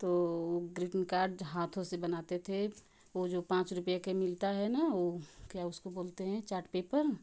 तो greeting card हाथों से बनाते थे वह जो पाँच रुपये के मिलता है ना ऊ क्या उसको बोलते हैं चार्ट पेपर